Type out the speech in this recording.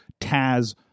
Taz